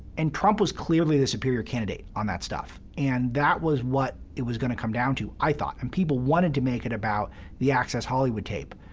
and trump was clearly the superior candidate on that stuff. and that was what it was going to come down to, i thought. and people wanted to make it about the access hollywood tape,